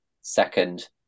second